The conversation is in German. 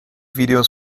videos